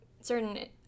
certain